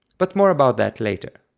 but more about that later.